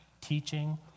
teaching